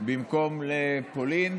במקום לפולין